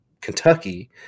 Kentucky